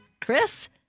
Chris